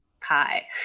pie